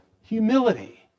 humility